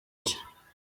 cye